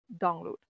download